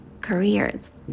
careers